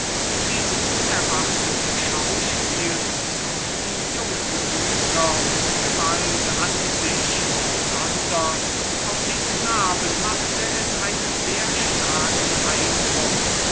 dieses unerwartete schauspiel zog die jungen gemüter mit gewalt an sich besonders auf den knaben machte es einen sehr starken eindruck